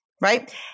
right